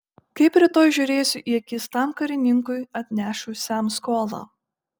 kaip rytoj žiūrėsiu į akis tam karininkui atnešusiam skolą